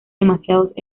demasiados